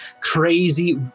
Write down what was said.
crazy